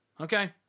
Okay